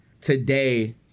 today